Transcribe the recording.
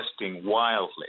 wildly